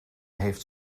heeft